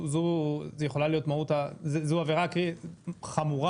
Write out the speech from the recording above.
זאת עבירה חמורה.